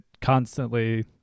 constantly